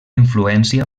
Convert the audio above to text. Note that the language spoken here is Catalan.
influència